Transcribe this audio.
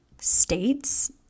states